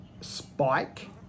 Spike